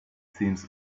seems